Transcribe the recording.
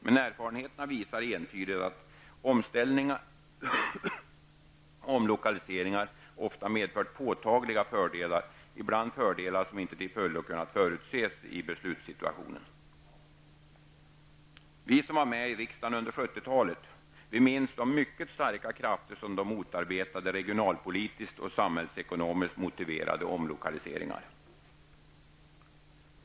Men erfarenheterna visar entydigt att omställningar och omlokaliseringar ofta medfört påtagliga fördelar, ibland fördelar som inte till fullo kunnat förutses i beslutssituationen. Vi som var med i riksdagen under 70-talet minns de mycket starka krafter som då motarbetade regionalpolitiskt och samhällsekonomiskt motiverade omlokaliseringar.